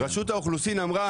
ורשות האוכלוסין אמרה